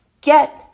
get